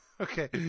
Okay